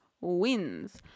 wins